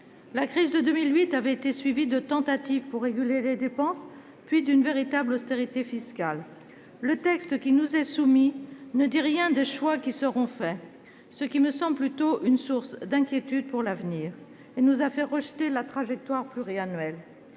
La crise de 2008 avait été suivie de tentatives pour réguler les dépenses, puis d'une véritable austérité fiscale. Le présent texte ne dit rien des choix qui seront faits : c'est une source d'inquiétude pour l'avenir, qui nous a conduits à rejeter la trajectoire pluriannuelle.